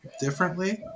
differently